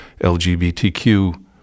LGBTQ